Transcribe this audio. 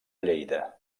lleida